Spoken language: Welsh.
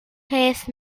peth